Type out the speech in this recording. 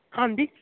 ਹਾਂਜੀ